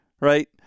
right